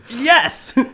Yes